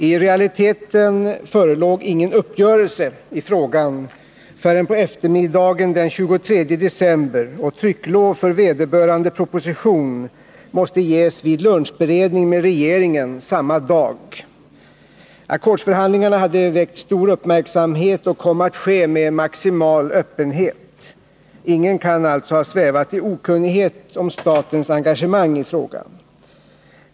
I realiteten förelåg ingen uppgörelse i frågan förrän på eftermiddagen den 23 december, och trycklov för vederbörande proposition måste ges vid lunchberedning med regeringen samma dag. Ackordsförhandlingarna hade väckt stor uppmärksamhet och kom att ske med maximal öppenhet. Ingen kan alltså ha svävat i okunnighet om statens engagemang i frågan.